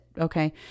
okay